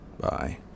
Bye